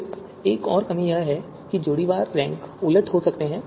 फिर एक और कमी यह है कि जोड़ीवार रैंक उलट हो सकता है